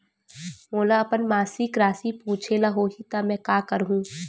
मोला अपन मासिक राशि पूछे ल होही त मैं का करहु?